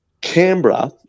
Canberra